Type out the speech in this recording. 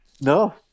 No